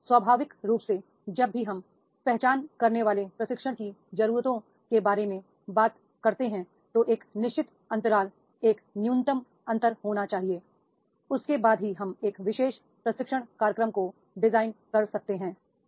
और स्वाभाविक रूप से जब भी हम पहचान करने वाले प्रशिक्षण की जरूरतों के बारे में बात करते हैं तो एक निश्चित अंतराल एक न्यूनतम अंतर होना चाहिए उसके बाद ही हम एक विशेष प्रशिक्षण कार्यक्रम को डिजाइन कर सकते हैं